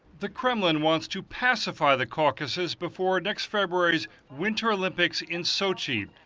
the kremlin wants to pacify the caucasus before next february's winter olympics in sochi,